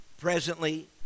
presently